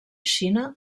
xina